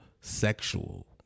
sexual